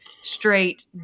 straight